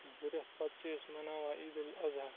زٕ رٮ۪تھ پَتہٕ چھِ أسۍ مَناوان عیدالاضحیٰ